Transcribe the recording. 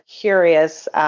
curious